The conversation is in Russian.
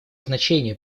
значение